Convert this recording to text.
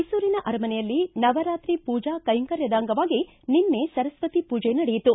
ಮೈಸೂರಿನ ಅರಮನೆಯಲ್ಲಿ ನವರಾತ್ರಿ ಪೂಜಾ ಕೈಂಕರ್ಯದ ಅಂಗವಾಗಿ ನಿನ್ನೆ ಸರಸ್ವತಿ ಪೂಜೆ ನಡೆಯಿತು